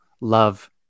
love